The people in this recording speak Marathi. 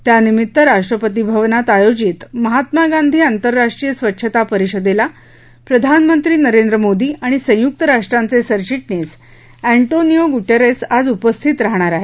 त्यानिमित्त राष्ट्रपती भवनात आयोजित महात्मा गांधी आंतरराष्ट्रीय स्वच्छता परिषदेला प्रधानमंत्री नरेंद्र मोदी आणि संयुक्त राष्ट्रांचे सरचिटणीस अँटोनियो गुटेरस आज उपस्थित राहणार आहेत